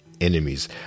enemies